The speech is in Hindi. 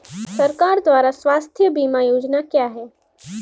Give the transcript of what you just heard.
सरकार द्वारा स्वास्थ्य बीमा योजनाएं क्या हैं?